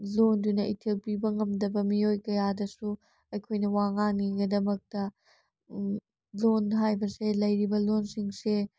ꯂꯣꯟꯗꯨꯅ ꯏꯊꯤꯜ ꯄꯤꯕ ꯉꯝꯗꯕ ꯃꯤꯑꯣꯏ ꯀꯌꯥꯗꯁꯨ ꯑꯩꯈꯣꯏꯅ ꯋꯥ ꯉꯥꯡꯅꯕꯒꯤꯗꯃꯛꯇ ꯂꯣꯟ ꯍꯥꯏꯕꯁꯦ ꯂꯩꯔꯤꯕ ꯂꯣꯟꯁꯤꯡꯁꯦ